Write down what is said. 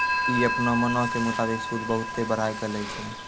इ अपनो मनो के मुताबिक सूद बहुते बढ़ाय के लै छै